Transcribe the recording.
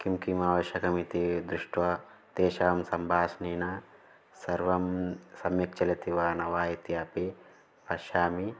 किं किम् आवश्यकमिति दृष्ट्वा तेषां सम्भाषणेन सर्वं सम्यक् चलति वा न वा इत्यपि पश्यामि